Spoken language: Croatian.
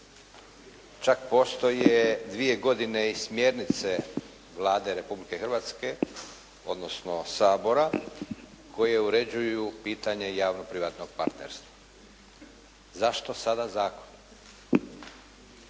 čak postoje dvije godine i smjernice Vlade Republike Hrvatske, odnosno Sabora koje uređuju pitanje javno-privatnog partnerstva. Zašto sada zakon?